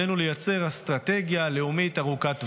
עלינו לייצר אסטרטגיה לאומית ארוכת טווח.